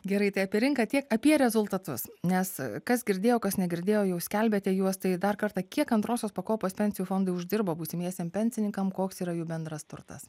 gerai tai apie rinką tiek apie rezultatus nes kas girdėjo kas negirdėjo jau skelbėte juos tai dar kartą kiek antrosios pakopos pensijų fondai uždirbo būsimiesiem pensininkam koks yra jų bendras turtas